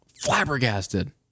Flabbergasted